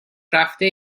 رفته